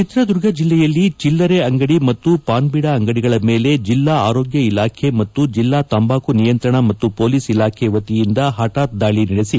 ಚಿತ್ರದುರ್ಗ ಜಿಲ್ಲೆಯಲ್ಲಿ ಚಿಲ್ಲರೆ ಅಂಗಡಿ ಮತ್ತು ಪಾನ್ಬೀಡಾ ಅಂಗಡಿಗಳ ಮೇಲೆ ಜಿಲ್ಲಾ ಆರೋಗ್ಯ ಇಲಾಖೆ ಮತ್ತು ಜಿಲ್ಲಾ ತಂಬಾಕು ನಿಯಂತ್ರಣ ಮತ್ತು ಪೊಲೀಸ್ ಇಲಾಖೆ ವತಿಯಿಂದ ಹಠಾತ್ ದಾಳಿ ನಡೆಸಿದೆ